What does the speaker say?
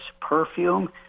Perfume